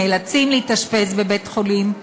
נאלצים להתאשפז בבית-חולים,